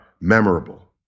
memorable